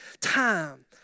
time